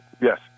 Yes